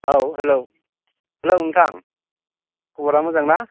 औ हेलौ हेलौ नोंथा खब'रा मोजां ना